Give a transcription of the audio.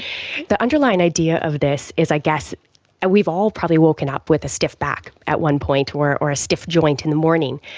the underlying idea of this is i guess and we've all probably woken up with a stiff back at one point or or a stiff joint in the morning.